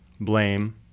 blame